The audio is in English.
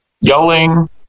yelling